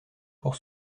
pour